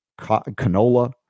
canola